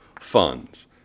funds